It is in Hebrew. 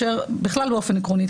בכלל באופן עקרוני,